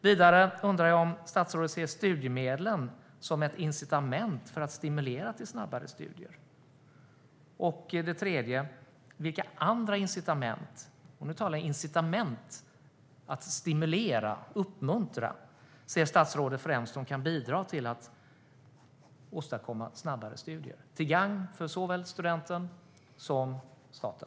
Vidare undrar jag om statsrådet ser studiemedlen som ett incitament för att stimulera till snabbare studier. Vilka andra incitament - och nu talar jag om incitament, att stimulera och uppmuntra - ser statsrådet främst som kan bidra till att åstadkomma snabbare studier, till gagn för såväl studenten som staten?